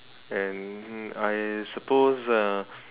and hmm I suppose uh